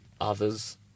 others